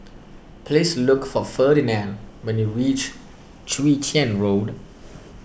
please look for Ferdinand when you reach Chwee Chian Road